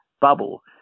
bubble